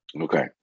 okay